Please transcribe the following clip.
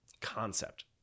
concept